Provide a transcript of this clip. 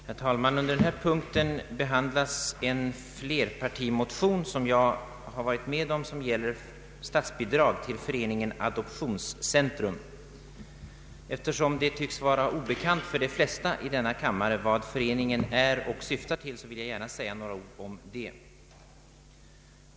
Herr talman! Under denna punkt behandlas en flerpartimotion som jag har varit med om att framlägga och som gäller statsbidrag till Föreningen Adoptionscentrum. Eftersom det tycks vara obekant för många i denna kammare vad föreningen syftar till, vill jag gärna säga några ord om det.